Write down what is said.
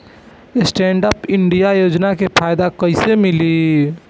Stand up India योजना के फायदा कैसे मिली?